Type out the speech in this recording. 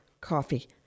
coffee